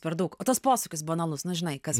per daug o tas posūkis banalus na žinai kas